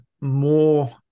more